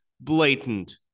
blatant